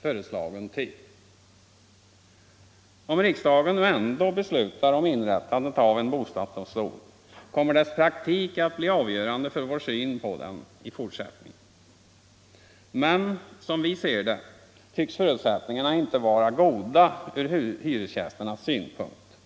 föreslagen typ. Om riksdagen nu ändå beslutar om inrättande av en bostadsdomstol kommer dess sätt att verka i praktiken att bli avgörande för vår inställning i fortsättningen. Men som vi ser det tycks förutsättningarna inte vara goda ur hyresgästernas synpunkt.